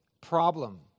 problem